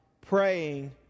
praying